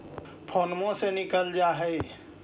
फोनवो से निकल जा है?